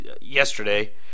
yesterday